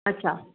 अच्छा